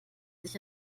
sich